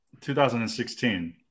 2016